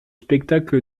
spectacle